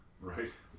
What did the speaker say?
Right